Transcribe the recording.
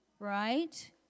Right